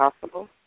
possible